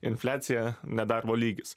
infliacija nedarbo lygis